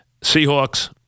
Seahawks